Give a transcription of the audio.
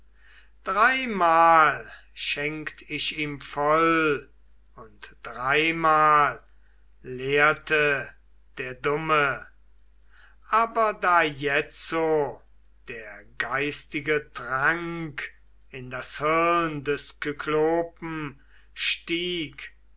dreimal schenkt ich ihm voll und dreimal leerte der dumme aber da jetzo der geistige trank in das hirn des kyklopen stieg